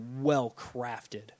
well-crafted